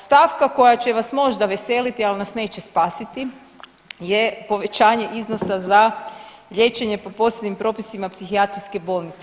Stavka koja će vas možda veseliti ali nas neće spasiti je povećanje iznosa za liječenje po posebnim propisima psihijatrijske bolnice.